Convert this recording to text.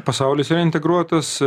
pasaulis yra integruotas